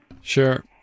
Sure